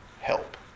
help